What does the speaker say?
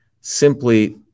simply